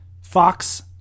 Fox